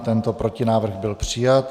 Tento protinávrh byl přijat.